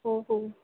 हो हो